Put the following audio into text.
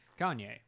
Kanye